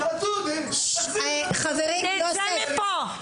--- תצא מפה.